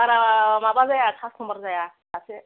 बारा माबा जाया कास्ट'मार जाया फिसासो